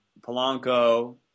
Polanco